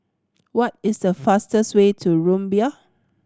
what is the fastest way to Rumbia